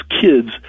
kids